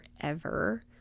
forever